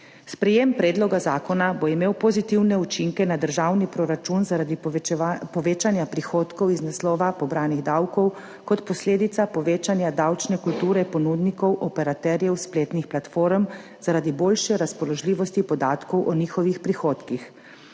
Sprejem predloga zakona bo imel pozitivne učinke na državni proračun zaradi povečanja prihodkov iz naslova pobranih davkov kot posledica povečanja davčne kulture ponudnikov, operaterjev spletnih platform zaradi boljše razpoložljivosti podatkov o njihovih prihodkih.